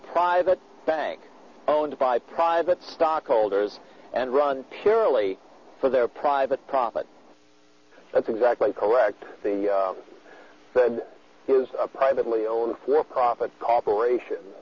private bank owned by private stockholders and run purely for their private profit that's exactly correct the fed is a privately owned for profit operation